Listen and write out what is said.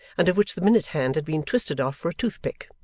and of which the minute-hand had been twisted off for a tooth-pick.